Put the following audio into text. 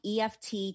EFT